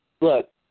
look